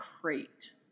crate